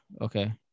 Okay